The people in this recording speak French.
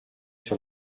sur